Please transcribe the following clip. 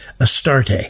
Astarte